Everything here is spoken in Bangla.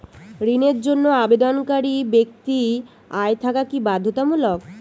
ঋণের জন্য আবেদনকারী ব্যক্তি আয় থাকা কি বাধ্যতামূলক?